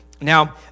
Now